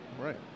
right